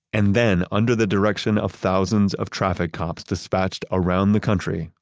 and then under the direction of thousands of traffic cops dispatched around the country,